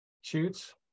shoots